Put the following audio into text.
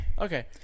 Okay